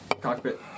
cockpit